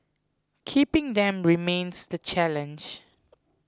keeping them remains the challenge